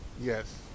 Yes